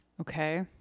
Okay